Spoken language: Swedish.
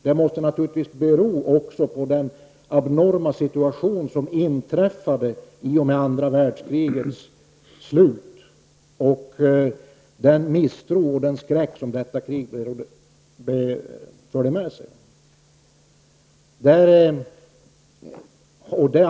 Det måste naturligtvis bero på den abnorma situation som uppstod efter andra världskrigets slut och den misstro och skräck som detta krig förde med sig.